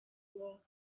being